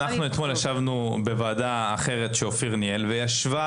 אנחנו אתמול ישבנו בוועדה אחרת שאופיר ניהל וישבה